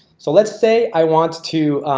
so let's say i want to.